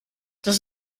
das